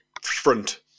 front